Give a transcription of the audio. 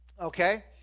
Okay